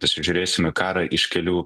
pasižiūrėsim į karą iš kelių